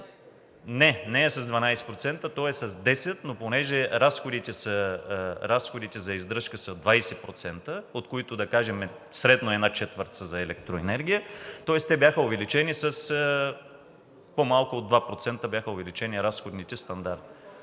Не, не е с 12%, то е с 10, но понеже разходите за издръжка са 20%, от които, да кажем, средно една четвърт са за електроенергия, тоест с по-малко от 2% бяха увеличени разходните стандарти.